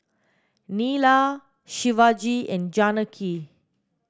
Neila Shivaji and Janaki